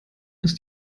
ist